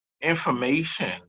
information